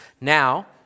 Now